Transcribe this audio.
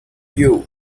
you